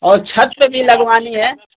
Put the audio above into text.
और छत पे भी लगवानी है